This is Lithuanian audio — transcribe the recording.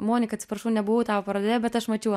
monika atsiprašau nebuvau tavo parodoje bet aš mačiau